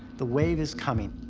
the wave is coming.